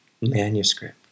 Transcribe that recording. manuscript